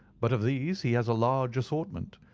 but of these he has a large assortment,